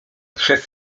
przez